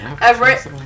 Everett